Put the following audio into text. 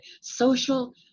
social